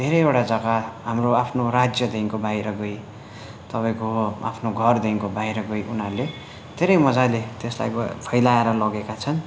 धेरैवटा जग्गा हाम्रो आफ्नो राज्यदेखिको बाहिर गइ तपाईँको आफ्नो घरदेखिको बाहिर गइ उनीहरूले धेरै मजाले त्यसलाई फैलाएर लगेका छन्